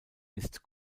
ist